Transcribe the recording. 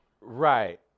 Right